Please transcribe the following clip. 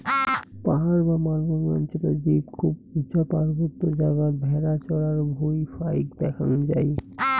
পাহাড় বা মালভূমি অঞ্চলত জীব খুব উচা পার্বত্য জাগাত ভ্যাড়া চরার ভুঁই ফাইক দ্যাখ্যাং যাই